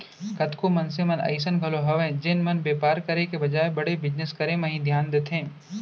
कतको मनसे मन अइसन घलौ हवय जेन मन बेपार करे के बजाय बड़े बिजनेस करे म ही धियान देथे